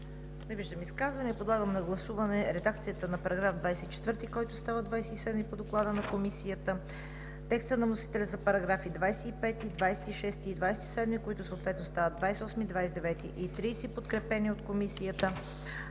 Не виждам. Подлагам на гласуване редакцията на § 24, който става § 27 по Доклада на Комисията; текста на вносителя за параграфи 25, 26 и 27 които съответно стават 28, 29 и 30, подкрепени от Комисията;